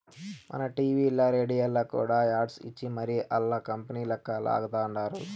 మన టీవీల్ల, రేడియోల్ల కూడా యాడ్స్ ఇచ్చి మరీ ఆల్ల కంపనీలంక లాగతండారు